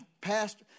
pastor